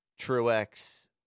Truex